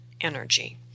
energy